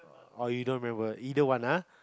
oh you don't remember either one ah